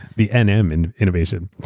the nm and innovation.